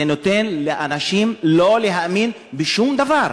זה נותן לאנשים לא להאמין בשום דבר.